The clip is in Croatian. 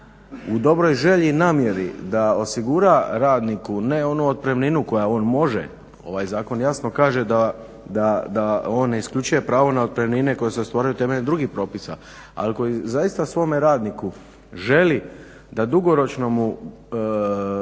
u dobroj želji i namjeri da osigura radniku ne onu otpremninu koju on može, ovaj zakon jasno kaže da on ne isključuje pravo na otpremnine koje se ostvaruju temeljem drugih propisa. Ali koji zaista svome radniku želi da dugoročno mu